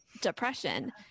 Depression